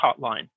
Hotline